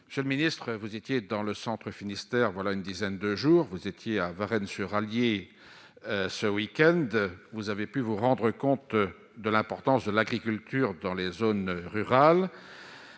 monsieur le ministre, vous étiez dans le centre Finistère, voilà une dizaine de jours, vous étiez à Varennes sur Allier ce week-end, vous avez pu vous rendre compte de l'importance de l'agriculture dans les zones rurales,